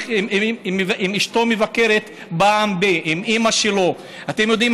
אם אשתו מבקרת פעם, אם אימא שלו אתם יודעים?